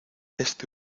este